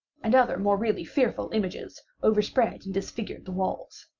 and other more really fearful images, overspread and disfigured the walls.